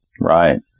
Right